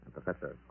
Professor